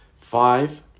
Five